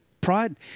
Pride